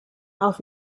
auf